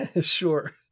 Sure